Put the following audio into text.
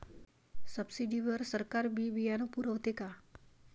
Subsidy वर सरकार बी बियानं पुरवते का?